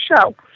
show